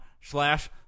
slash